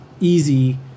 easy